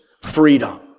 freedom